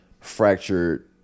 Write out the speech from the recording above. fractured